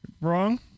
Wrong